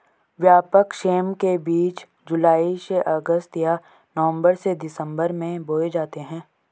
व्यापक सेम के बीज जुलाई से अगस्त या नवंबर से दिसंबर में बोए जाते हैं